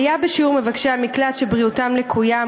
עלייה בשיעור מבקשי המקלט שבריאותם לקויה,